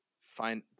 find